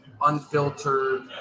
unfiltered